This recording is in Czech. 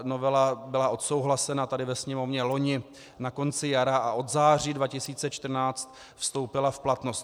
Novela byla odsouhlasena tady ve Sněmovně loni na konci jara a od září 2014 vstoupila v platnost.